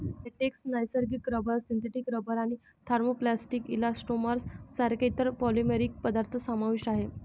latex, नैसर्गिक rubber, synthetic rubber आणि thermoplastic elastomers सारख्या इतर पॉलिमरिक पदार्थ समावेश आहे